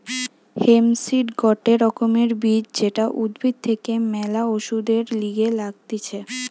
hemp seed গটে রকমের বীজ যেটা উদ্ভিদ থেকে ম্যালা ওষুধের লিগে লাগতিছে